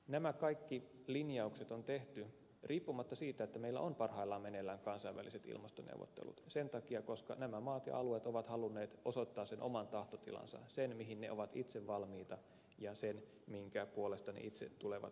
nämä kaikki linjaukset on tehty riippumatta siitä että meillä on parhaillaan meneillään kansainväliset ilmastoneuvottelut sen takia että nämä maat ja alueet ovat halunneet osoittaa sen oman tahtotilansa sen mihin ne ovat itse valmiita ja sen minkä puolesta ne itse tulevat tekemään töitä